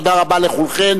תודה רבה לכולכן.